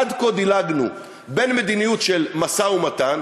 עד כה דילגנו בין מדיניות של משא-ומתן,